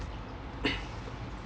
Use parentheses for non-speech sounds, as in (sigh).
(coughs)